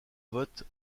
vote